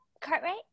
Cartwright